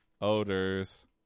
odors